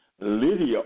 Lydia